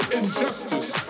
injustice